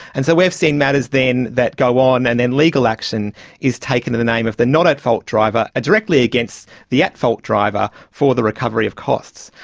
and so we've seen matters then that go on and then legal action is taken in the name of the not-at-fault driver, directly against the at-fault driver, for the recovery of costs.